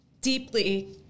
deeply